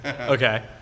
Okay